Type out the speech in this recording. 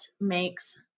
makes